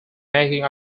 making